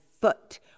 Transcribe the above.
foot